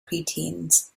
preteens